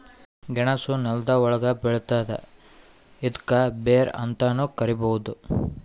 ಗೆಣಸ್ ನೆಲ್ದ ಒಳ್ಗ್ ಬೆಳಿತದ್ ಇದ್ಕ ಬೇರ್ ಅಂತಾನೂ ಕರಿಬಹುದ್